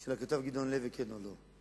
של הכתב גדעון לוי, כן או לא.